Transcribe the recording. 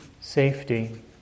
Safety